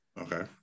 Okay